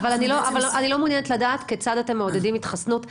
אבל אני לא מעוניינת לדעת כיצד אתם מעודדים התחסנות בכלל.